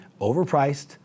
overpriced